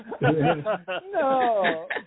No